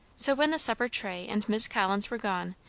so, when the supper tray and miss collins were gone,